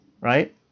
right